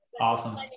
Awesome